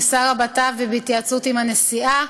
עם שר הבט"פ ובהתייעצות עם הנשיאה.